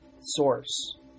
source